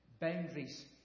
boundaries